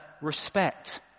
respect